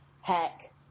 heck